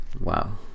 Wow